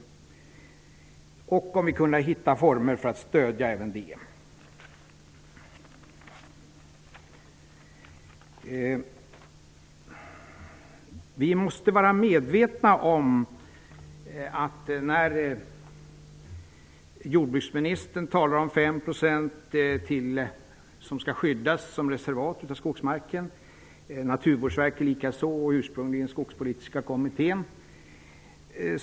Det skulle vara bra om vi kunde finna former för att stödja även detta. Jordbruksministern, liksom Naturvårdsverket och ursprungligen också Skogspolitiska kommittén, talar om att 5 % av skogsmarken skall skyddas som reservat.